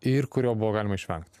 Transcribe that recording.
ir kurio buvo galima išvengt